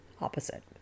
opposite